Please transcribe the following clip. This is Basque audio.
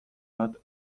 bat